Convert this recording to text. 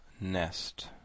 Nest